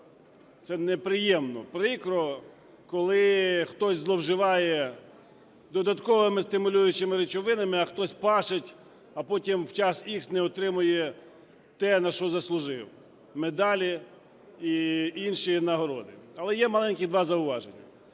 Це неприємно. Прикро, коли хтось зловживає додатковими стимулюючими речовинами, а хтось паше, а потім в час "ікс" не отримує те, на що заслужив – медалі і інші нагороди. Але є маленькі два зауваження.